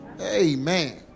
Amen